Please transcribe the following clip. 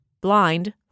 blind